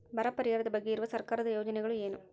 ಬರ ಪರಿಹಾರದ ಬಗ್ಗೆ ಇರುವ ಸರ್ಕಾರದ ಯೋಜನೆಗಳು ಏನು?